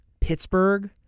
Pittsburgh